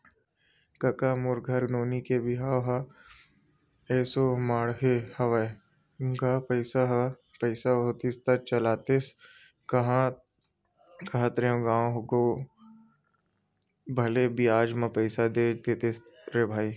कका मोर घर नोनी के बिहाव ह एसो माड़हे हवय गा पइसा होतिस त चलातेस कांहत रेहे हंव गो भले बियाज म पइसा दे देतेस रे भई